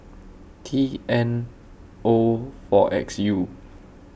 T N O four X U